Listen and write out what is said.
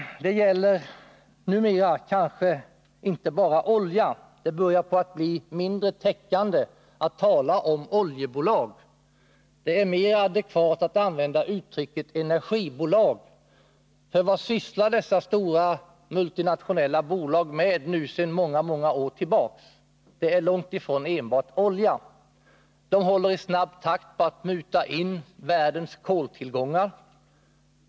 Det gäller numera kanske inte bara oljan. Det börjar bli mindre täckande att tala om oljebolag. Det är mer adekvat att använda uttrycket ”energibolag”. Vad sysslar nämligen dessa stora multinationella bolag med sedan många år tillbaka? Långt ifrån enbart olja! De håller i snabb takt på att muta in världens koltillgångar.